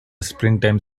springtime